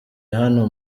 hano